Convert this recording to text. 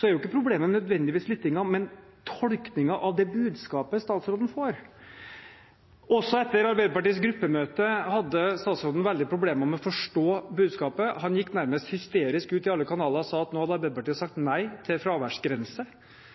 er jo ikke problemet nødvendigvis lyttingen, men tolkningen av det budskapet statsråden får. Også etter Arbeiderpartiets gruppemøte hadde statsråden veldige problemer med å forstå budskapet. Han gikk nærmest hysterisk ut i alle kanaler og sa at nå hadde Arbeiderpartiet sagt nei til fraværsgrense,